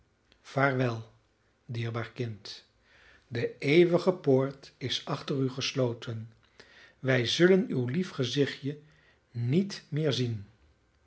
vaarwel dierbaar kind de eeuwige poort is achter u gesloten wij zullen uw lief gezichtje niet meer zien